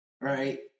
right